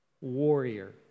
warrior